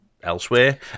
elsewhere